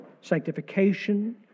sanctification